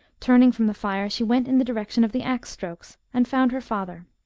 turning from the fire, she went in the direction of the axe-strokes, and found her father.